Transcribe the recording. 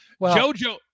Jojo